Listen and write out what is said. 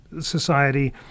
society